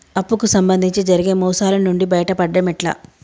అప్పు కు సంబంధించి జరిగే మోసాలు నుండి బయటపడడం ఎట్లా?